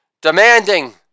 Demanding